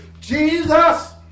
Jesus